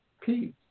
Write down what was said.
peace